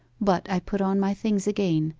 but i put on my things again,